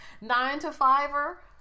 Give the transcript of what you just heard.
nine-to-fiver